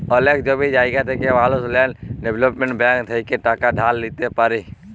অলেক জমি জায়গা থাকা মালুস ল্যাল্ড ডেভেলপ্মেল্ট ব্যাংক থ্যাইকে টাকা ধার লিইতে পারি